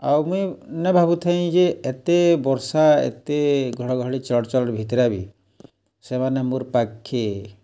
ଆଉ ମୁଇଁ ନାଇ ଭାବୁଥାଇ ଯେ ଏତେ ବର୍ଷା ଏତେ ଘଡ଼୍ଘଡ଼ି ଚଡ଼୍ଚଡ଼ି ଭିତ୍ରେ ବି ସେମାନେ ମୋର୍ ପାଖ୍କେ